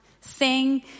sing